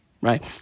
right